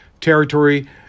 territory